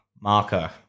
Marker